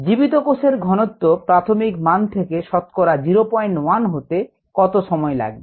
জীবিত কোষের ঘনত্ব প্রাথমিক মান থেকে শতকরা 01 হতে কত সময় লাগবে